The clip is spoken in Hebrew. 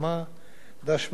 "כהנא צודק"